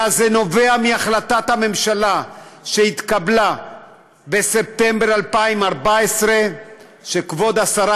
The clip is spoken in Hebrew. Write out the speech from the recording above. אלא זה נובע מהחלטת הממשלה שהתקבלה בספטמבר 2014. כבוד השרה,